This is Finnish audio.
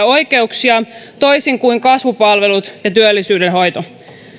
oikeuksia toisin kuin kasvupalvelut ja työllisyyden hoito